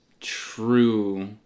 true